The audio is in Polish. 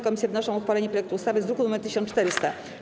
Komisje wnoszą o uchwalenie projektu ustawy z druku nr 1400.